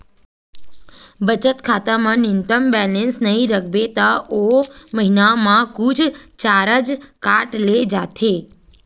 बचत खाता म न्यूनतम बेलेंस नइ राखबे त ओ महिना म कुछ चारज काट ले जाथे